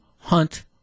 hunt